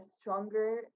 stronger